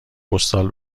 پستال